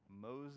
Moses